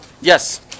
Yes